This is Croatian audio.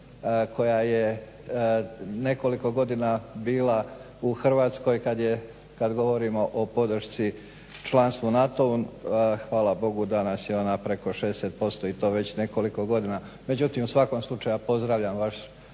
koja je nekoliko godina bila u Hrvatskoj kad govorimo o podršci članstva u NATO-u. Hvala Bogu da nas je ona preko 60% i to već nekoliko godina. Međutim, u svakom slučaju ja pozdravljam vaš